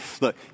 Look